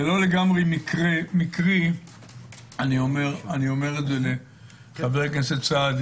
זה לא לגמרי מקרי - אני אומר את זה לחבר הכנסת סעדי